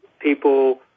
people